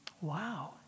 wow